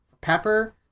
Pepper